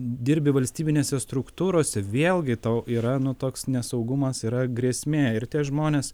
dirbi valstybinėse struktūrose vėlgi tau yra nu toks nesaugumas yra grėsmė ir tie žmonės